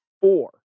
four